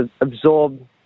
absorb